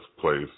place